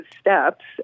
steps